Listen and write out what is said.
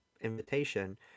invitation